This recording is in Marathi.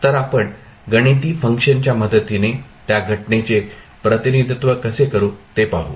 तर आपण गणिती फंक्शनच्या मदतीने त्या घटनेचे प्रतिनिधित्व कसे करू ते पाहू